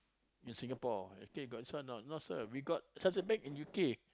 in Singapore okay got this or not not sure we got Chartered Bank in U_K